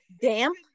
damp